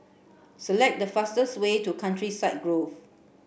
select the fastest way to Countryside Grove